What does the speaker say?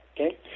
okay